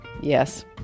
yes